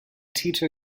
tito